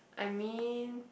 I mean